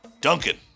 Duncan